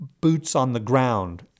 boots-on-the-ground